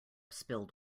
spilled